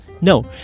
No